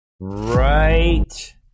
Right